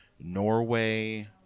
Norway